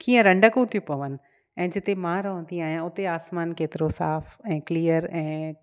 कीअं रंडकूं थियूं पवनि ऐं जिते मां रहंदी आहियां उते आसमान केतिरो साफ़ु ऐं क्लीयर ऐं